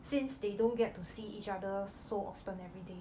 since they don't get to see each other so often every day